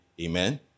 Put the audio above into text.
Amen